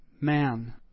man